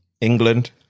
England